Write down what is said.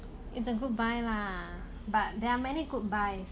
it's a good buy lah but there are many good buys